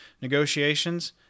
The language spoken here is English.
negotiations